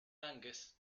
angus